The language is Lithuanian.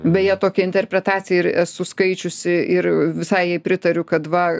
beje tokią interpretaciją ir esu skaičiusi ir visai jai pritariu kad va